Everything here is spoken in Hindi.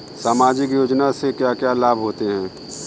सामाजिक योजना से क्या क्या लाभ होते हैं?